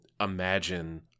imagine